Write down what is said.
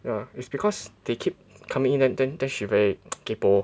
yeah it's because they keep coming in then then then she very kaypoh